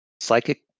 psychic